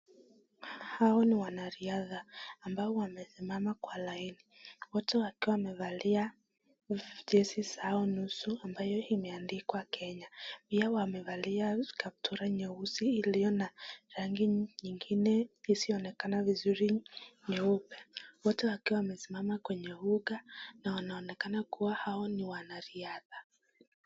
Hao ni wanariadha ambao wamesimama kwa laini wote wakiwa wamevalia jezi zao nusu ambayo imeandikwa Kenya. Yao wamevalia kaptura nyeusi iliyo na rangi nyingine isiyoonekana vizuri nyeupe, wote wakiwa wamesimama kwenye uga na wanaonekana kuwa hao ni wanariadha.